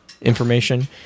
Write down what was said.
information